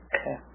Okay